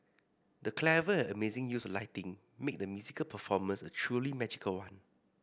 the clever and amazing use of lighting made the musical performance a truly magical one